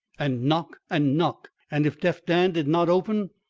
and knock, and knock and if deaf dan did not open,